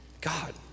God